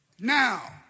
Now